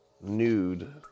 nude